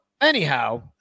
anyhow